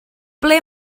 ble